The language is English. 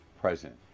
president